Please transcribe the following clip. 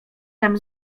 tem